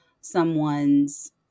someone's